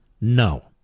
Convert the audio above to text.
No